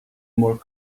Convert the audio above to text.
more